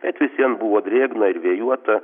bet vis vien buvo drėgna ir vėjuota